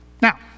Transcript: Now